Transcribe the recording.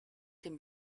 dem